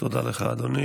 תודה לך, אדוני.